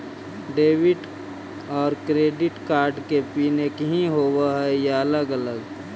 Debit और credit card के PIN एकही होव हइ या अलग अलग?